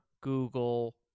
Google